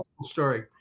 story